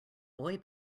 boy